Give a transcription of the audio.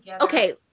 Okay